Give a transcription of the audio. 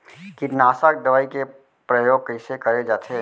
कीटनाशक दवई के प्रयोग कइसे करे जाथे?